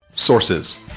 Sources